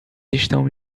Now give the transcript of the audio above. estão